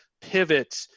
pivot